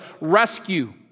rescue